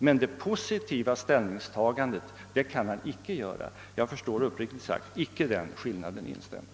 Men det positiva ställningstagandet anser han sig inte kunna göra. Jag förstår uppriktigt sagt inte skillnaden i denna inställning.